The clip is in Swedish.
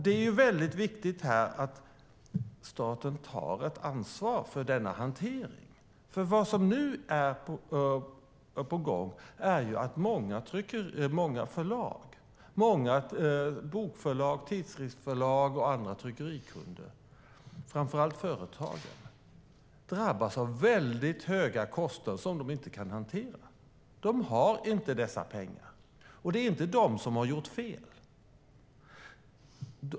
Det är väldigt viktigt att staten tar ansvar för denna hantering. Vad som nu är på gång är ju att många förlag - bokförlag, tidskriftsförlag och andra tryckerikunder, framför allt företag - drabbas av väldigt höga kostnader som de inte kan hantera. De har inte dessa pengar, och det är inte de som har gjort fel.